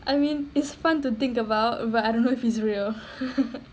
I mean it's fun to think about but I don't know if it's real